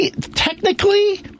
technically